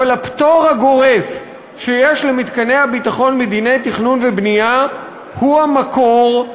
אבל הפטור הגורף שיש למתקני הביטחון בדיני תכנון ובנייה הוא המקור,